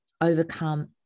overcome